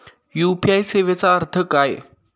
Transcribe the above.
UPI सेवेचा अर्थ काय?